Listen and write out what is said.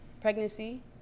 pregnancy